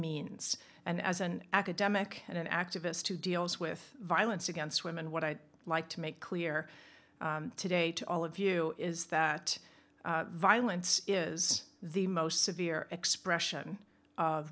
means and as an academic and an activist who deals with violence against women what i'd like to make clear today to all of you is that violence is the most severe expression of